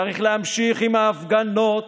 צריך להמשיך עם ההפגנות,